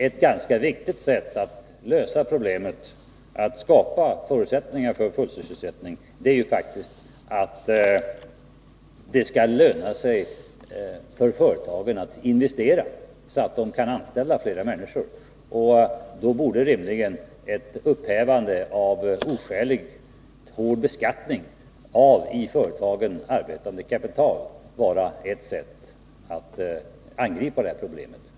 Ett ganska viktigt sätt att skapa förutsättningar för full sysselsättning är faktiskt att se till att det lönar sig för företagen att investera, så att de kan anställa fler människor. Då borde rimligen ett upphävande av oskäligt hård beskattning av i företagen arbetande kapital vara ett sätt att angripa problemet.